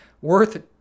worth